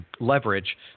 leverage